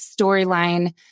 storyline